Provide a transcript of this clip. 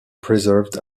preserved